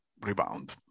rebound